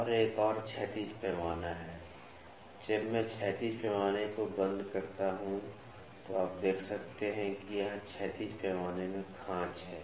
और एक और क्षैतिज पैमाना है जब मैं क्षैतिज पैमाने को बंद करता हूँ तो आप देख सकते हैं कि यहाँ क्षैतिज पैमाने में खाँच है